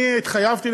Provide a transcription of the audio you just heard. אני התחייבתי,